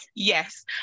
Yes